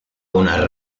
una